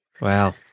Wow